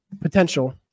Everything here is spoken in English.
potential